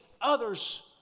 others